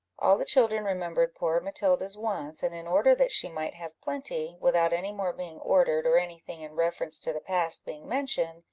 all the children remembered poor matilda's wants, and in order that she might have plenty, without any more being ordered, or any thing in reference to the past being mentioned,